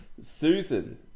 Susan